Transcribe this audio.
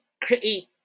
create